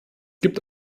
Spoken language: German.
gibt